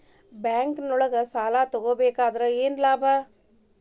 ಬ್ಯಾಂಕ್ನೊಳಗ್ ಸಾಲ ತಗೊಬೇಕಾದ್ರೆ ಏನ್ ಲಾಭ?